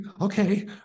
okay